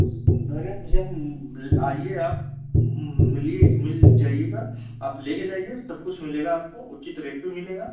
उस मेरे में भैया हम आइए आप मिलिए मिल जाइएगा आप लेकर जाइए सब कुछ मिलेगा आपको उचित रेट पर मिलेगा